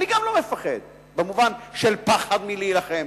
גם אני לא מפחד במובן של פחד להילחם.